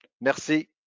merci